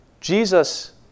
Jesus